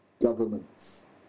governments